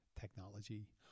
technology